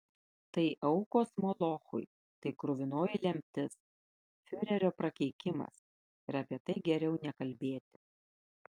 tai aukos molochui tai kruvinoji lemtis fiurerio prakeikimas ir apie tai geriau nekalbėti